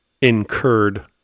incurred